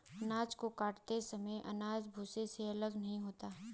अनाज को काटते समय अनाज भूसे से अलग नहीं होता है